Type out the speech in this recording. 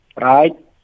right